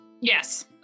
Yes